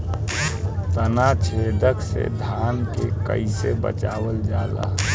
ताना छेदक से धान के कइसे बचावल जाला?